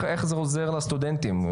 איך זה עוזר לסטודנטים?